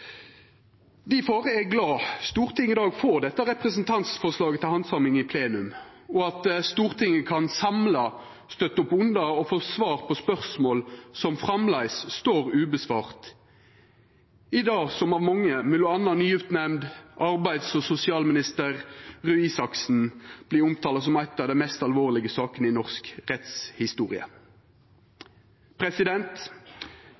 Difor er eg glad for at Stortinget i dag får dette representantforslaget til handsaming i plenum, og at Stortinget samla kan støtta opp under og få svar på spørsmål som framleis ikkje er svara på i det som av mange, m.a. nyutnemnd arbeids- og sosialminister Røe Isaksen, vert omtala som ei av dei mest alvorlege sakene i norsk